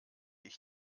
ich